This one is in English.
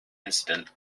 incident